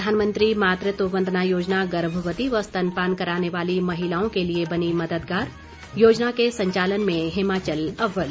प्रधानमंत्री मातृत्व वंदना योजना गर्भवती व स्तनपान कराने वाली महिलाओं के लिए बनी मददगार योजना के संचालन में हिमाचल अव्वल